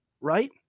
right